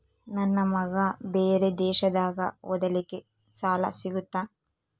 ನನ್ನ ಮಗ ಬೇರೆ ದೇಶದಾಗ ಓದಲಿಕ್ಕೆ ಸಾಲ ಸಿಗುತ್ತಾ?